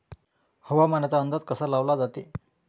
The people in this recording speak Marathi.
हवामानाचा अंदाज कसा लावला जाते?